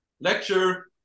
Lecture